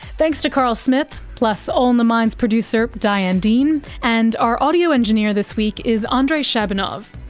thanks to carl smith plus all in the mind's producer diane dean, and our audio engineer this week is andrei shabunov.